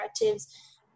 narratives